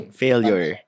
failure